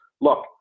look